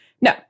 No